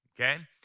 Okay